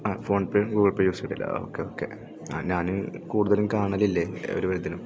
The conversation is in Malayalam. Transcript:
ഫോൺ പേയും ഗൂഗിൾ പേയും യൂസ് ചെയ്യുന്നുണ്ടല്ലേ ആ ഓക്കേ ഓക്കേ ഞാൻ കൂടുതലും കാണലില്ല ഒരു വിധത്തിലും